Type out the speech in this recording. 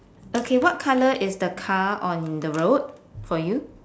okay what colour is the car on the road for you